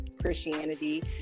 Christianity